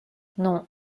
non